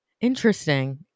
Interesting